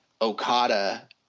Okada